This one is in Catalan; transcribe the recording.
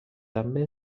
també